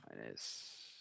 Minus